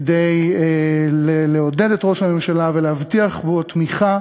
כדי לעודד את ראש הממשלה ולהבטיח תמיכה